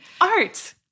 art